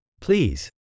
Please